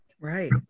Right